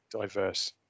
diverse